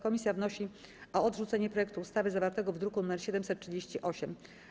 Komisja wnosi o odrzucenie projektu ustawy zawartego w druku nr 738.